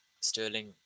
Sterling